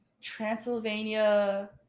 Transylvania